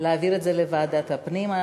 להעביר את הדיון לוועדת הפנים?